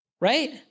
right